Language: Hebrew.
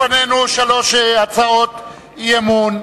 לפנינו שלוש הצעות אי-אמון.